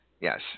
Yes